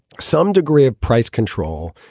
some degree of price control.